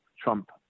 Trump